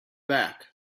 back